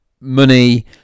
money